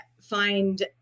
find